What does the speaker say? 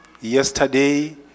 yesterday